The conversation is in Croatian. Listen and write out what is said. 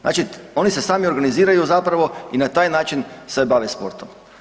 Znači oni se sami organiziraju zapravo i na taj način se bave sportom.